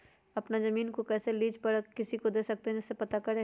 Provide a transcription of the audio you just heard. अपना जमीन को कैसे लीज पर किसी को दे सकते है कैसे पता करें?